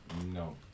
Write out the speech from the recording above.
No